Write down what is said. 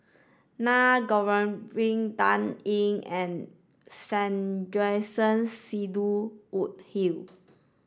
Naa Govindasamy Dan Ying and Sandrasegaran Sidney Woodhull